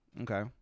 Okay